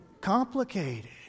complicated